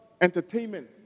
entertainment